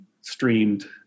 streamed